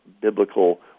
biblical